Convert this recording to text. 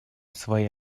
свои